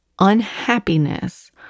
unhappiness